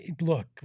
look